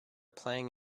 playing